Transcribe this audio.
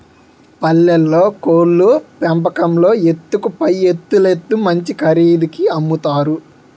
పల్లెల్లో కోళ్లు పెంపకంలో ఎత్తుకు పైఎత్తులేత్తు మంచి ఖరీదుకి అమ్ముతారు